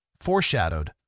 foreshadowed